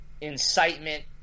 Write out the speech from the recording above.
incitement